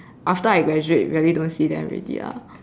after I graduate rarely don't see them already lah